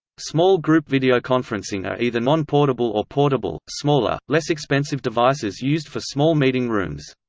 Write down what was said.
small group videoconferencing are either non-portable or portable, smaller, less expensive devices used for small meeting rooms.